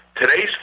Today's